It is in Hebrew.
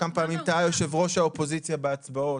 כמה פעמים טעה יושב ראש האופוזיציה בהצבעות,